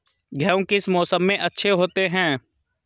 गेहूँ किस मौसम में अच्छे होते हैं?